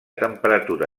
temperatura